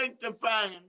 sanctifying